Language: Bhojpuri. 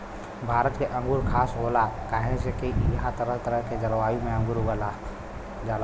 भारत के अंगूर खास होला काहे से की इहां तरह तरह के जलवायु में अंगूर उगावल जाला